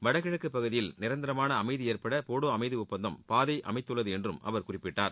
வடகிழக்குப்பகுதியில் நிரந்தரமான அமைதி ஏற்பட போடோ அமைதி ஒப்பந்தம் பாதை அமைத்துள்ளது என்றும் அவர் குறிப்பிட்டார்